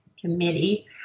committee